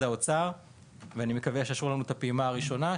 האוצר ואני מקווה שיאשרו לנו את הפעימה הראשונה,